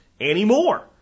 anymore